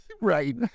Right